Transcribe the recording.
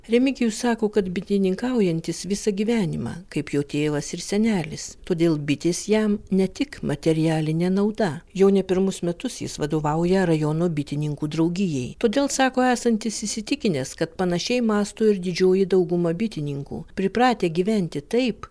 remigijus sako kad bitininkaujantis visą gyvenimą kaip jo tėvas ir senelis todėl bitės jam ne tik materialinė nauda jau ne pirmus metus jis vadovauja rajono bitininkų draugijai todėl sako esantis įsitikinęs kad panašiai mąsto ir didžioji dauguma bitininkų pripratę gyventi taip